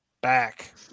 back